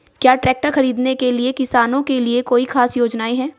क्या ट्रैक्टर खरीदने के लिए किसानों के लिए कोई ख़ास योजनाएं हैं?